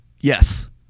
Yes